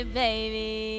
baby